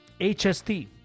HST